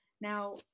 Now